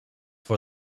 for